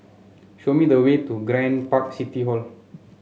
show me the way to Grand Park City Hall